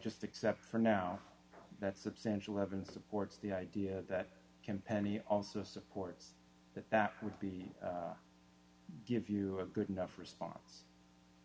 just accept for now that substantial evidence supports the idea that can penny also supports that that would be give you a good enough response